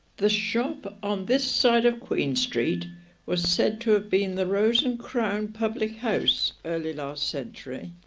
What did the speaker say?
the shop on this side of queen street was said to have been the rose and crown public house early last century